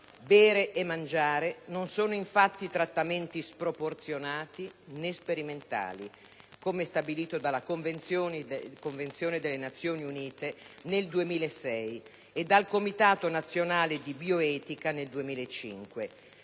Bere e mangiare non sono infatti trattamenti sproporzionati né sperimentali, come stabilito dalla Convenzione delle Nazioni Unite nel 2006 e dal Comitato nazionale di bioetica nel 2005.